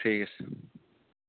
ঠিক আছে